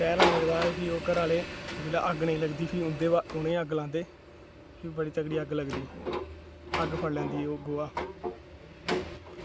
तैह् लाने दे बाद जिसलै अग्ग नेईं लगदी फिर उ'नें गी अग्ग लांदे फ्ही बड़ी तगड़ी अग्ग लगदी अग्ग फड़ी लैंदा गोहा